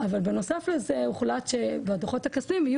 אבל בנוסף לזה הוחלט שבדו"חות הכספיים,